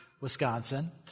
Wisconsin